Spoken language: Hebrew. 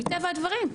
מטבע הדברים.